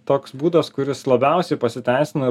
toks būdas kuris labiausiai pasiteisina